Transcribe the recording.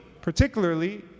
particularly